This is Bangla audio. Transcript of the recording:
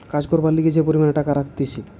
কাজ করবার লিগে যে পরিমাণে টাকা রাখতিছে